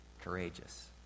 courageous